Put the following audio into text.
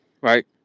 right